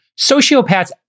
sociopaths